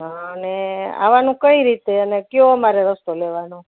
અને આવવાનું કઈ રીતે અને કયો અમારે રસ્તો લેવાનો